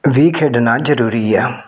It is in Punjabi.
ਵੀ ਖੇਡਣਾ ਜ਼ਰੂਰੀ ਆ